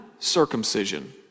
Circumcision